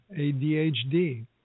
ADHD